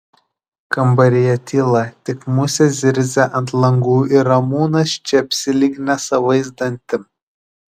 kambaryje tyla tik musės zirzia ant langų ir ramūnas čepsi lyg nesavais dantim